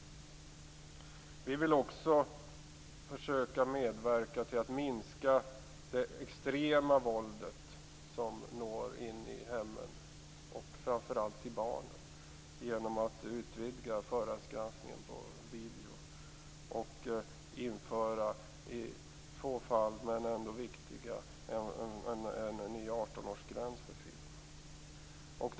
Vi vill försöka medverka till att minska det extrema våld som når in i hemmen och till barnen genom att utvidga förhandsgranskningen av video och i få fall - men ändå viktiga - införa en ny 18-årsgräns för film.